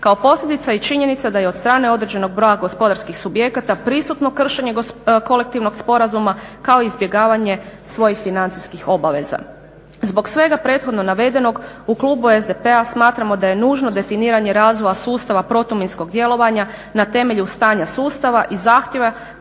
Kao posljedica i činjenica da i od strane određenog broja gospodarskih subjekata prisutno kršenje kolektivnog sporazuma kao i izbjegavanje svojih financijskih obaveza. Zbog svega prethodno navedenog u klubu SDP-a smatramo da je nužno definiranje razvoja sustava protuminskog djelovanja na temelju stanja sustava i zahtjeva